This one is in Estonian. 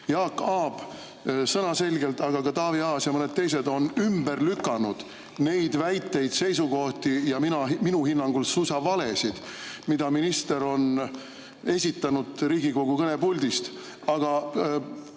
Jaak Aab sõnaselgelt, aga ka Taavi Aas ja mõned teised on ümber lükanud neid väiteid ja seisukohti, minu hinnangul ka suisa valesid, mida minister on esitanud Riigikogu kõnepuldist, aga